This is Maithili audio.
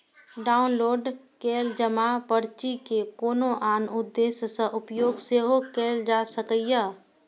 डॉउनलोड कैल जमा पर्ची के कोनो आन उद्देश्य सं उपयोग सेहो कैल जा सकैए